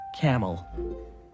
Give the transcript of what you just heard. camel